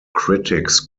critics